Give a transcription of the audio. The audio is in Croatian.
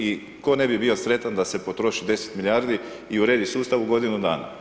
I tko ne bi bio sretan da se potroši 10 milijardi i uredi sustav u godinu dana.